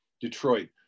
Detroit